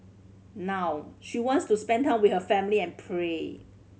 now she wants to spend time with her family and pray